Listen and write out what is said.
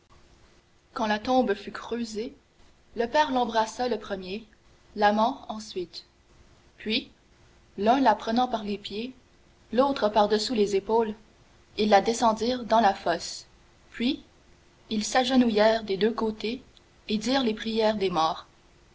quand la tombe fut creusée le père l'embrassa le premier l'amant ensuite puis l'un la prenant par les pieds l'autre par-dessous les épaules ils la descendirent dans la fosse puis ils s'agenouillèrent des deux côtés et dirent les prières des morts